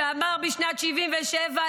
שאמר בשנת 1977: